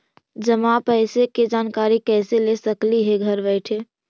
जमा पैसे के जानकारी कैसे ले सकली हे घर बैठे?